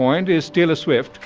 point is taylor swift